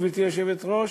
גברתי היושבת-ראש,